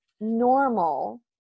normal